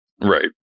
Right